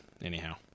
anyhow